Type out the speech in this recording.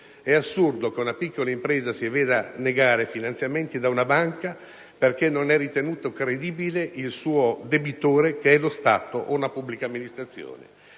È assurdo che una piccola impresa si veda negare finanziamenti da una banca perché non è ritenuto credibile il suo debitore, che è lo Stato o una pubblica amministrazione.